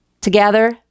Together